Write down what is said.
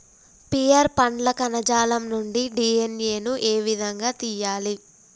Pear పండ్ల కణజాలం నుండి డి.ఎన్.ఎ ను ఏ విధంగా తియ్యాలి?